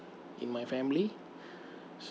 in my family